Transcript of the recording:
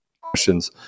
questions